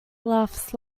laughs